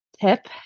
tip